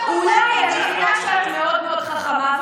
אני מבינה שאת מאוד מאוד חכמה,